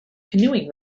canoeing